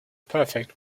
perfect